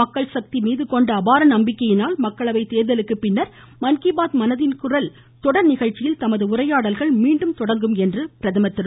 மக்கள் சக்தி மீது கொண்ட அபார நம்பிக்கையினால் மக்களவைத் தேர்தலுக்கு பின்னர் மன் கி பாத் மனதின்குரல் தொடர் நிகழ்ச்சியில் தமது உரையாடல்கள் மீண்டும் தொடங்கும் என்றும் பிரதமர் திரு